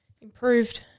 improved